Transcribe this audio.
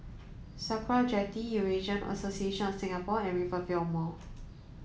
Sakra Jetty Eurasian Association of Singapore and Rivervale Mall